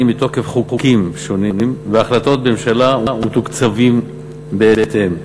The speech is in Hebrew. מתוקף חוקים שונים והחלטות ממשלה ומתוקצבים בהתאם.